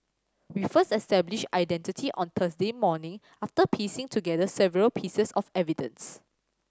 we first established identity on Thursday morning after piecing together several pieces of evidence